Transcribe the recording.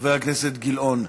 חבר הכנסת גילאון,